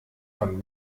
von